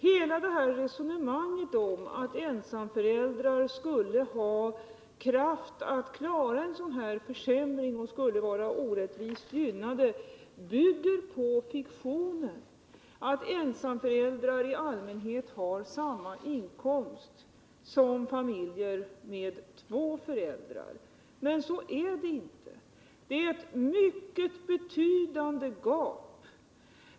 Hela resonemanget om att ensamföräldrarna skulle ha kraft att klara en sådan här försämring och skulle vara orättvist gynnade bygger på fiktionen att ensamföräldrar i allmänhet har samma inkomst som familjer med två föräldrar. Men så är det ju inte. Det är ett mycket betydande gap mellan dessa kategorier.